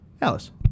Alice